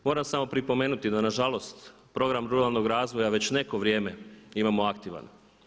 Moram samo pripomenuti da nažalost program ruralnog razvoja već neko vrijeme imamo aktivan.